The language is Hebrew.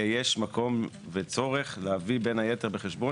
יש מקום וצורך להביא בין היתר בחשבון